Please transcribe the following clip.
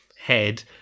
head